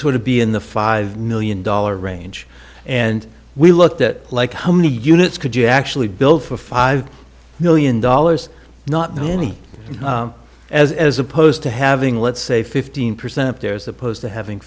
sort of be in the five million dollars range and we looked at like how many units could you actually build for five million dollars not that many as opposed to having let's say fifteen percent they're supposed to having